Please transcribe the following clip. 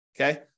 Okay